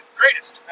greatest